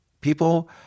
people